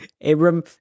Abram